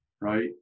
right